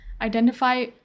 identify